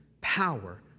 power